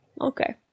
Okay